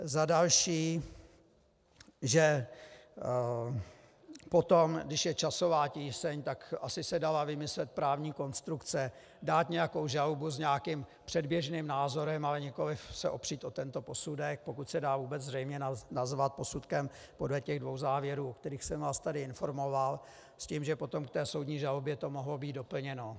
Za další, že potom, když je časová tíseň, tak asi se dala vymyslet právní konstrukce, dát nějakou žalobu s nějakým předběžným názorem, ale nikoliv se opřít o tento posudek, pokud se dá vůbec zřejmě nazvat posudkem podle těch dvou závěrů, o kterých jsem vás tady informoval, s tím, že potom v té soudní žalobě to mohlo být doplněno.